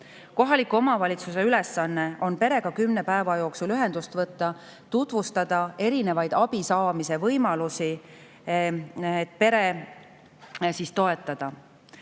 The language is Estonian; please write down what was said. Kohaliku omavalitsuse ülesanne on perega 10 päeva jooksul ühendust võtta ja tutvustada erinevaid abi saamise võimalusi, et peret toetada.